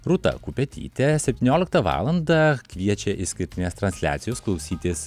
rūta kupetytė septynioliktą valandą kviečia išskirtinės transliacijos klausytis